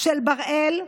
של בראל,